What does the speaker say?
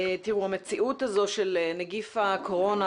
המציאות הזו של נגיף הקורונה,